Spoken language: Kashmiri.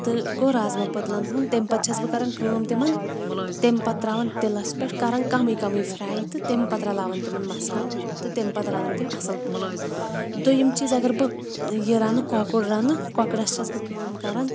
تہٕ گوٚو رازمہ پۄتلَن ہُنٛد تمہِ پَتہٕ چھٮ۪س بہٕ کَران کٲم تِمَن تیٚمہِ پَتہٕ ترٛاوان تِلَس پٮ۪ٹھ کَران کَمٕے کَمٕے فرٛاے تہٕ تیٚمہِ پَتہٕ رَلاوان تِمَن مَصالہٕ تہٕ تمہِ پَتہٕ رَنان تِم اَصٕل پٲٹھۍ دۄیِم چیٖز اگر بہٕ یہِ رَنہٕ کۄکُر رَنہٕ کۄکرَس چھٮ۪س بہٕ کٲم کَران